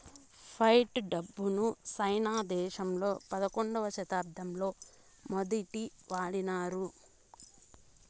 fight డబ్బును సైనా దేశంలో పదకొండవ శతాబ్దంలో మొదటి వాడినారు